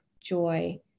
joy